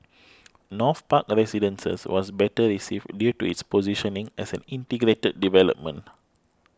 North Park Residences was better received due to its positioning as an integrated development